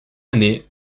année